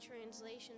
translation